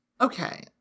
Okay